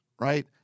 right